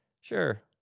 Sure